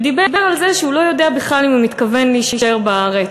שדיבר על זה שהוא לא יודע בכלל אם הוא מתכוון להישאר בארץ,